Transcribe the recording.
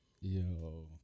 Yo